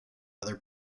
other